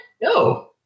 No